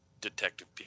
Detective